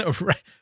Right